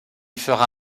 fera